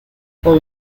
con